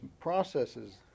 processes